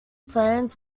plans